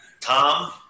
Tom